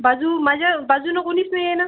बाजू माझ्या बाजूला कोणीच नाही आहे ना